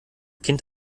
kind